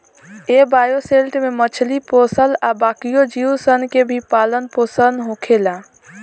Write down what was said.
ए bioshelter में मछली पोसल आ बाकिओ जीव सन के भी पालन पोसन होखेला